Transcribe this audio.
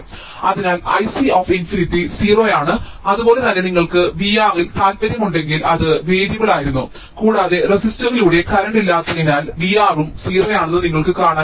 അതിനാൽ Ic∞ 0 ആണ് അതുപോലെ തന്നെ നിങ്ങൾക്ക് V R ൽ താൽപ്പര്യമുണ്ടെങ്കിൽ അത് വേരിയബിളായിരുന്നു കൂടാതെ റെസിസ്റ്ററിലൂടെ കറന്റ് ഇല്ലാത്തതിനാൽ V R ഉം 0 ആണെന്ന് നിങ്ങൾക്ക് കാണാൻ കഴിയും